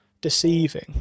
deceiving